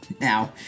Now